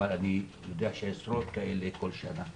אבל אני יודע שיש עשרות כאלה כל שנה.